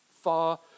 Far